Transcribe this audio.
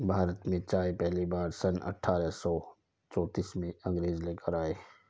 भारत में चाय पहली बार सन अठारह सौ चौतीस में अंग्रेज लेकर आए